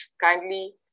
kindly